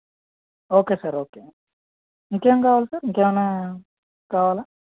okay sir okay ఇంకేం కావాలి sir ఇంకేమైనా కావాలా